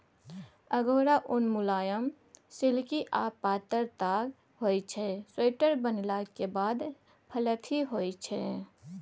अगोरा उन मुलायम, सिल्की आ पातर ताग होइ छै स्वेटर बनलाक बाद फ्लफी होइ छै